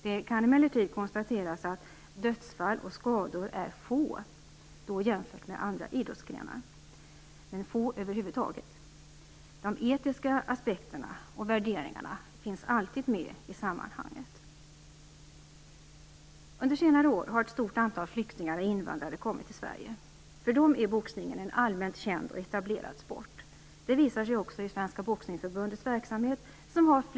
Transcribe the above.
Det kan emellertid konstateras att dödsfall och skador över huvud taget är få jämfört med andra idrottsgrenar. De etiska aspekterna och värderingarna finns alltid med i sammanhanget. Under senare år har ett stort antal flyktingar och invandrare kommit till Sverige. För dem är boxningen en allmänt känd och etablerad sport. Det visar sig också i Svenska boxningsförbundets verksamhet.